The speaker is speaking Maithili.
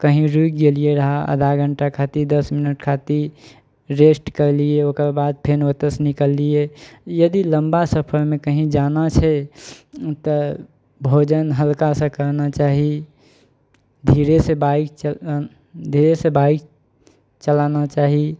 कहीं रुकि गेलियइ अहाँ आधा घण्टा खातिर दस मिनट खातिर रेस्ट करलियै ओकर बाद फेन ओतयसँ निकललियइ यदि लम्बा सफरमे कहीं जाना छै तऽ भोजन हल्कासँ करना चाही धीरेसँ बाइक चल अँ धीरेसँ बाइक चलाना चाही